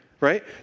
right